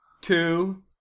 two